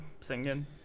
singing